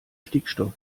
stickstoff